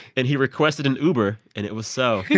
and he requested an uber, and it was so